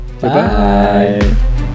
bye